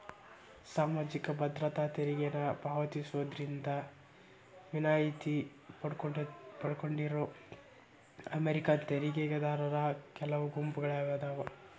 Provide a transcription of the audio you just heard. ಸಾಮಾಜಿಕ ಭದ್ರತಾ ತೆರಿಗೆನ ಪಾವತಿಸೋದ್ರಿಂದ ವಿನಾಯಿತಿ ಪಡ್ಕೊಂಡಿರೋ ಅಮೇರಿಕನ್ ತೆರಿಗೆದಾರರ ಕೆಲವು ಗುಂಪುಗಳಾದಾವ